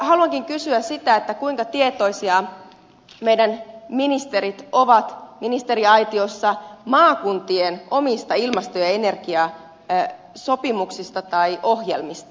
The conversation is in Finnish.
haluankin kysyä sitä kuinka tietoisia meidän ministerimme ministeriaitiossa ovat maakuntien omista ilmasto ja energiasopimuksista tai ohjelmista